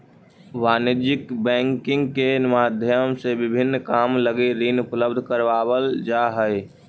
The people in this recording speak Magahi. वाणिज्यिक बैंकिंग के माध्यम से विभिन्न काम लगी ऋण उपलब्ध करावल जा हइ